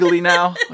now